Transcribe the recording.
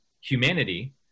humanity